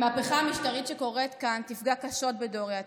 המהפכה המשטרית שקורית כאן תפגע קשות בדור העתיד.